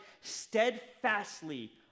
steadfastly